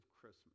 Christmas